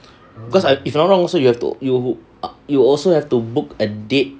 because if I'm not wrong you also you have to you you also have to book a date